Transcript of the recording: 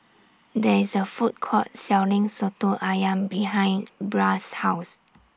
There IS A Food Court Selling Soto Ayam behind Bria's House